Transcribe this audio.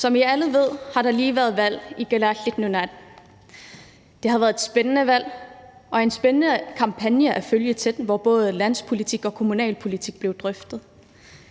Som I alle ved, har der lige været valg i Kalaallit Nunaat. Det har været et spændende valg og en spændende kampagne at følge tæt, hvor både landspolitik og kommunalpolitik er blevet drøftet.